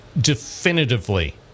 definitively